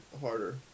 harder